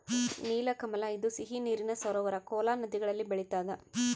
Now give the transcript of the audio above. ನೀಲಕಮಲ ಇದು ಸಿಹಿ ನೀರಿನ ಸರೋವರ ಕೋಲಾ ನದಿಗಳಲ್ಲಿ ಬೆಳಿತಾದ